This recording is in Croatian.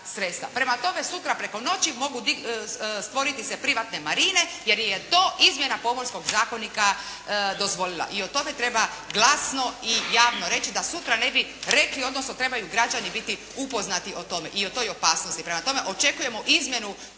sredstva. Prema tome, sutra preko noći mogu stvoriti se privatne marine, jer je to izmjena Pomorskog zakonika dozvolila. I o tome treba glasno i javno reći da sutra ne bi rekli odnosno trebaju građani biti upoznati o tome. I o toj opasnosti. Prema tome, očekujemo izmjenu